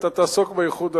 אתה תעסוק באיחוד הלאומי.